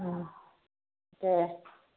ओं दे